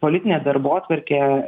politinę darbotvarkę